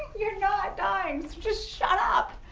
you're not dying so just shut up.